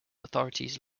authorities